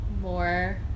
more